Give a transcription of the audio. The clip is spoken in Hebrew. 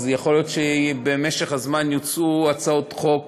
אז יכול להיות שבמשך הזמן יוצעו הצעות חוק